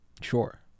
sure